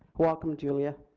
welcome julia.